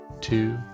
two